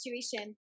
situation